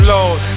Lord